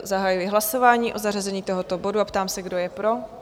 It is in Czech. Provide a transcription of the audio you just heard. Zahajuji hlasování o zařazení tohoto bodu a ptám se, kdo je pro.